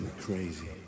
crazy